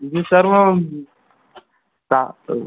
जी sir वह का तो